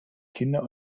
kinder